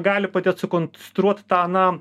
gali padėt sukonstruot tą na